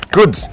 Good